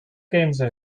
gänse